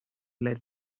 let